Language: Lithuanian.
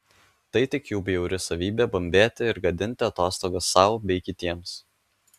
tai tik jų bjauri savybė bumbėti ir gadinti atostogas sau bei kitiems